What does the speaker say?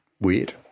Weird